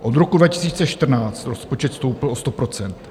Od roku 2014 rozpočet stoupl o 100 %.